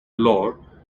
lore